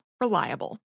reliable